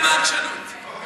על כבודי אל תשמור.